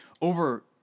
Over